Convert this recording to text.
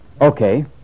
Okay